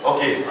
Okay